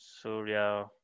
Surya